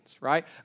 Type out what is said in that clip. right